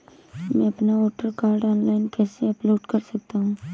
मैं अपना voter card online कैसे अपलोड कर सकता हूँ?